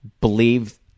believe